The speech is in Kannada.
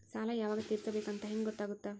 ಸಾಲ ಯಾವಾಗ ತೇರಿಸಬೇಕು ಅಂತ ಹೆಂಗ್ ಗೊತ್ತಾಗುತ್ತಾ?